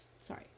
sorry